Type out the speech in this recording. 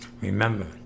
Remember